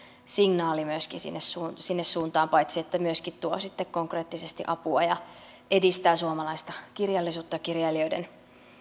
signaali myöskin sinne suuntaan paitsi että myöskin tuo sitten konkreettisesti apua ja edistää suomalaista kirjallisuutta ja kirjailijoiden